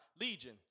Legion